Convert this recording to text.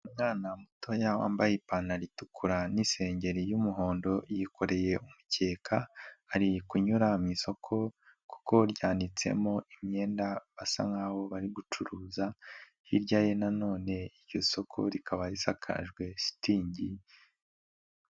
Umwana mutoya wambaye ipantaro itukura n'isengeri y'umuhondo, yikoreye umukeka ari kunyura mu isoko, isoko ryanitsemo imyenda basa nk'aho bari gucuruza, hirya ye na none iryo soko rikaba risakajwe shitingi.